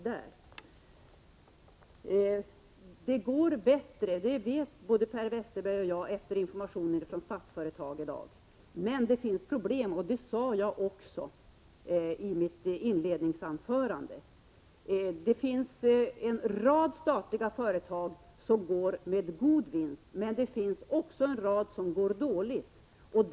Det går bättre nu, det vet både Per Westerberg och jag efter information från statliga företag i dag. Men det finns problem. Det sade jag också i mitt inledningsanförande. Det finns en rad statliga företag som går med god vinst. Men det finns också en rad som det går dåligt för.